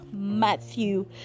Matthew